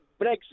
Brexit